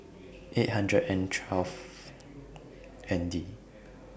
eight hundred and twelve N D